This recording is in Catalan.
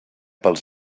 pels